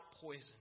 poison